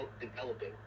developing